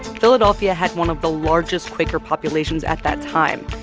philadelphia had one of the largest quaker populations at that time,